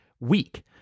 week